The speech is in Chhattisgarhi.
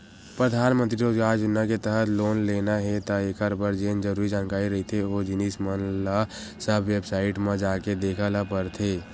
परधानमंतरी रोजगार योजना के तहत लोन लेना हे त एखर बर जेन जरुरी जानकारी रहिथे ओ जिनिस मन ल सब बेबसाईट म जाके देख ल परथे